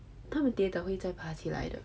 他们跌倒会再爬起来的